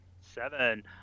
Seven